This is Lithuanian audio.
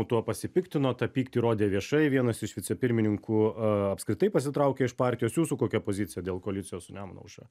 tuo pasipiktino tą pyktį rodė viešai vienas iš vicepirmininkų apskritai pasitraukė iš partijos jūsų kokią pozicija dėl koalicijos su nemumo aušra